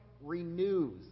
renews